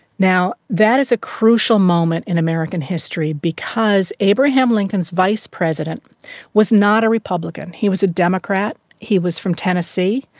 that is a crucial moment in american history because abraham lincoln's vice president was not a republican, he was a democrat, he was from tennessee.